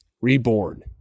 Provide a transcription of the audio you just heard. reborn